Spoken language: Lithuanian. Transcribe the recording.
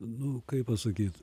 nu kaip pasakyt